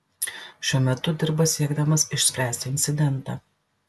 šiuo metu dirba siekdamas išspręsti incidentą